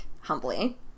humbly